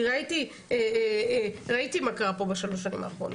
כי ראיתי מה קרה פה בשלוש שנים האחרונות.